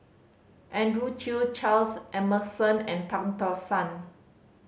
Andrew Chew Charles Emmerson and Tan Tock San